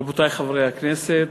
רבותי חברי הכנסת,